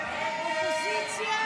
הסתייגות 631 לא נתקבלה.